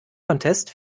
contest